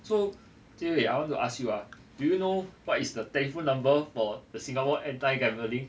so jie wei I want to ask you ah do you know what is the telephone number for the singapore anti gambling